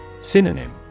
Synonym